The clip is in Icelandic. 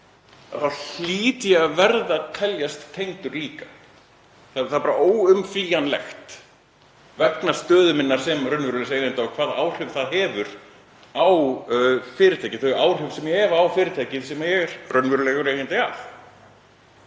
þá hlýt ég að verða að teljast tengdur líka. Það er óumflýjanlegt vegna stöðu minnar sem raunverulegs eiganda og hvaða áhrif það hefur á fyrirtækið, þau áhrif sem ég hef á fyrirtækið sem ég er raunverulegur eigandi að.